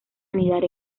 anidar